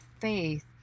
faith